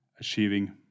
achieving